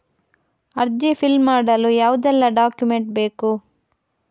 ಅರ್ಜಿ ಫಿಲ್ ಮಾಡಲು ಯಾವುದೆಲ್ಲ ಡಾಕ್ಯುಮೆಂಟ್ ಬೇಕು?